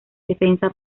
defensa